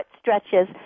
stretches